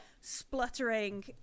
spluttering